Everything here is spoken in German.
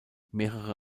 mehrere